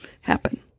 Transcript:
happen